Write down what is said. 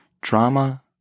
Drama